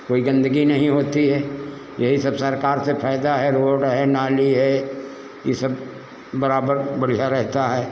कोई गंदगी नहीं होती है यही सब सरकार से फायदा है रोड है नाली है ये सब बराबर बढ़िया रहता है